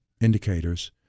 indicators